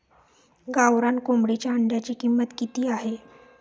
गावरान कोंबडीच्या अंड्याची किंमत किती आहे?